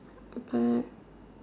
the back